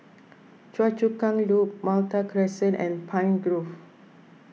Choa Chu Kang Loop Malta Crescent and Pine Grove